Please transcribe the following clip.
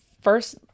first